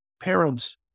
parents